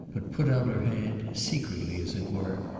but put out her hand, secretly as it were,